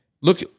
Look